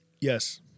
yes